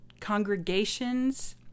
congregations